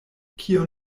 kion